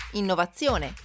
innovazione